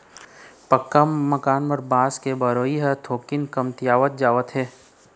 पक्का मकान म बांस के बउरई ह थोकिन कमतीयावत जावत हे